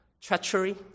treachery